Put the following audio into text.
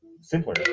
simpler